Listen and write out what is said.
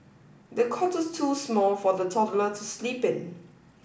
the cot was too small for the toddler to sleep in